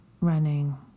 running